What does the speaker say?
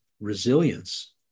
resilience